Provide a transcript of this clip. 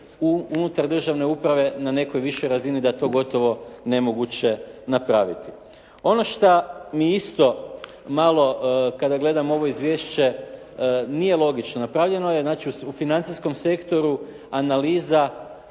unutar državne uprave na nekoj višoj razini da je to gotovo nemoguće napraviti. Ono šta mi isto malo kada gledamo ovo izvješće nije logično. Napravljeno je znači u financijskom sektoru analiza,